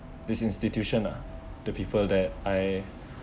this institution lah the people that I